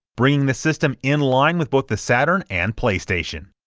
bringing the system in-line with both the saturn and playstation.